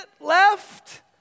left